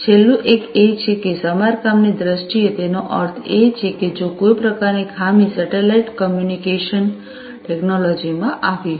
છેલ્લું એક એ છે કે સમારકામની દ્રષ્ટિએ તેનો અર્થ એ છે કે જો કોઈ પ્રકારની ખામી સેટેલાઇટ કમ્યુનિકેશન ટેકનોલોજીમાં આવી હોય